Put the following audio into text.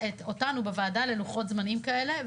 אותנו בוועדה ללוחות זמנים כאלה.